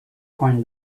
coined